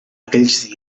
aquells